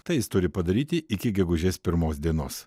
tai jis turi padaryti iki gegužės pirmos dienos